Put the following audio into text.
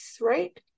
right